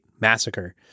massacre